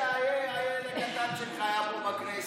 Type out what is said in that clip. ספר להם שהילד הקטן שלך היה פה בכנסת.